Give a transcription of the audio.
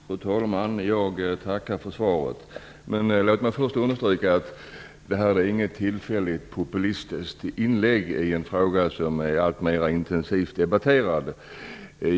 Fru talman! Jag tackar för svaret. Låt mig understryka att det här inte är något tillfälligt, populistiskt inlägg i en fråga som är alltmer intensivt debatterad.